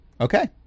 Okay